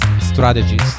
strategies